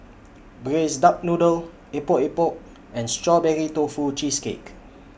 Braised Duck Noodle Epok Epok and Strawberry Tofu Cheesecake